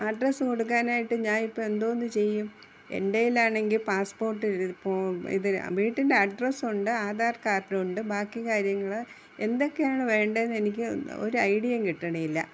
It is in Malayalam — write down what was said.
അഡ്രസ്സ് കൊടുക്കാനായിട്ട് ഞാൻ ഇപ്പോള് എന്തോന്ന് ചെയ്യും എൻറ്റയിലാണെങ്കില് പാസ്സ്പോർട്ട് ഇതിന് വീട്ടിൻ്റെ അഡ്രസ്സുണ്ട് ആധാർ കാർഡുണ്ട് ബാക്കി കാര്യങ്ങള് എന്തൊക്കെയാണ് വേണ്ടതെന്ന് എനിക്ക് ഒരൈഡിയയും കിട്ടണില്ല